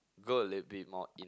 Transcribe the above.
go a little bit more in